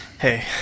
Hey